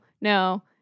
No